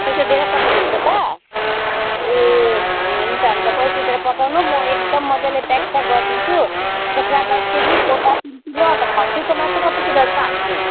पैसा दिएर पठाउनु हुन्छ त ए हुन्छ हुन्छ पैसा दिएर पठाउनु म एकदम मजाले प्याकस्याक गरिदिन्छु कुखुरा दस केजी पोटा तिन किलो अन्त खसीको मासु कति किलो जस्तो हालिदिनु